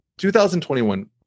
2021